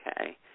Okay